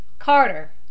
Carter